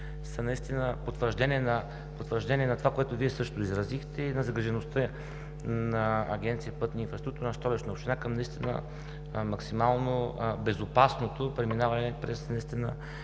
са наистина потвърждение на това, което Вие също изразихте, и на загрижеността на Агенция „Пътна инфраструктура“, на Столична община към наистина максимално безопасното преминаване през скоростната